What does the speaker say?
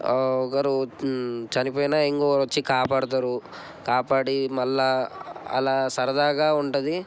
ఒకరు చనిపోయిన ఇంకొకరు వచ్చి కాపాడుతారు కాపాడి మళ్ళా అలా సరదాగా ఉంటుంది